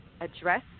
address